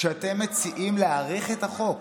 כשאתם מציעים להאריך את החוק,